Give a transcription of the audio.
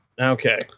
Okay